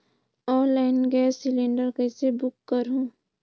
Online gas cylinder कइसे book करहु?